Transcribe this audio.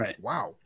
wow